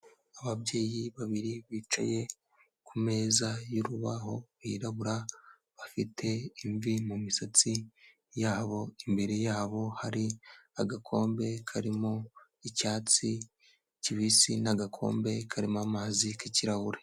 Ababyeyi babiri bicaye kumeza y'urubaho, birabura, bafite imvi mu misatsi yabo, imbere yabo hari agakombe karimo icyatsi kibisi n'agakombe karimo amazi k'kirahure.